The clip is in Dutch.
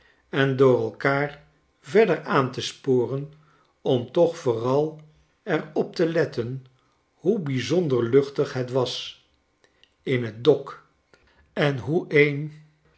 en door elkaar verder aan te sporen om toch vooral er op te letten hoe bijzonder luchtig het was in t